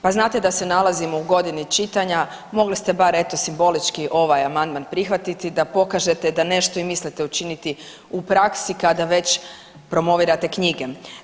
Pa znate da se nalazimo u godini čitanja, mogli ste bar eto simbolički ovaj amandman prihvatiti da pokažete da nešto i mislite učiniti u praksi kada već promovirate knjige.